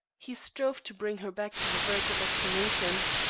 he strove to bring her back to the verge of explanations,